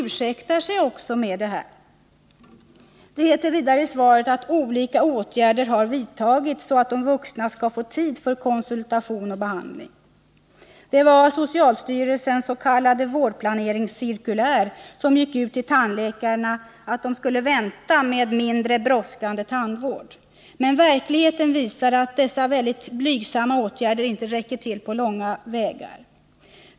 Man ursäktar sig med detta. Det heter vidare i svaret att olika åtgärder har vidtagits så att de vuxna skall få tid för konsultation och behandling. Det var socialstyrelsens s.k. vårdplaneringscirkulär som gick ut till tandläkarna med anvisning att de skulle vänta med mindre brådskande tandvård. Men verkligheten visar att dessa mycket blygsamma åtgärder inte räcker på långa vägar.